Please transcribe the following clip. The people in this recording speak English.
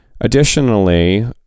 Additionally